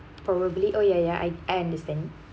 probably oh ya ya I I understand